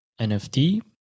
nft